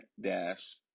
dash